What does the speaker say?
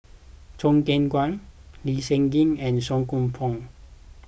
Choo Keng Kwang Lee Seng Gee and Song Koon Poh